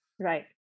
Right